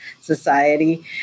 society